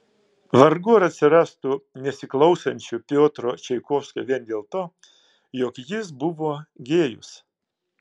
vargu ar atsirastų nesiklausančių piotro čaikovskio vien dėl to jog jis buvo gėjus